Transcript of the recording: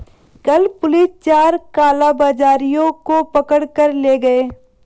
कल पुलिस चार कालाबाजारियों को पकड़ कर ले गए